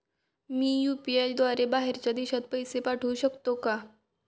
मी UPI द्वारे बाहेरच्या देशात पैसे पाठवू शकतो का?